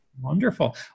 Wonderful